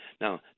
Now